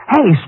Hey